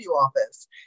office